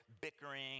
bickering